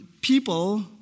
people